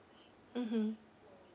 mmhmm